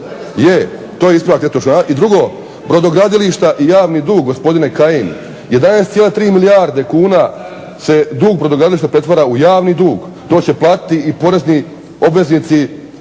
netočnog navoda. I drugo brodogradilišta i javni dug gospodine Kajin 11,3 milijarde kuna se dug brodogradilišta pretvara u javni dug. To će platiti i porezni obveznici